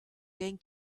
going